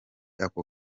ako